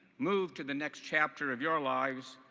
move to the next chapter of your lives,